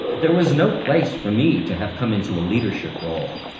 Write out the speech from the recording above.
there was no place for me to have come into leadership role.